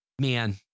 man